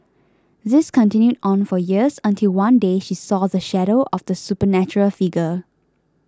this continued on for years until one day she saw the shadow of the supernatural figure